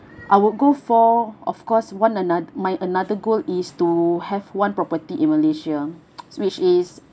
I would go for of course one another my another goal is to have one property in malaysia which is